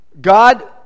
God